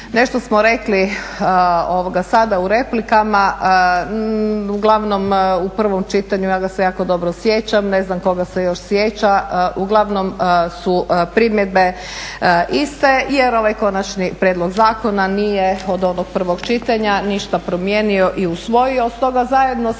Nešto smo rekli sada u replikama. Uglavnom u prvom čitanju ja ga se jako dobro sjećam, ne znam tko ga se još sjeća, uglavnom su primjedbe iste jer ovaj konačni prijedlog zakona nije od onog prvog čitanja ništa promijenio i usvojio. Stoga zajedno sa